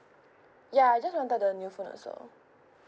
ya just wanted the new phone also